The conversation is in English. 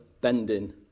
bending